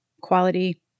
quality